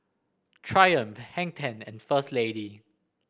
Triumph Hang Ten and First Lady